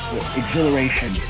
exhilaration